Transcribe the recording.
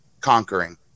conquering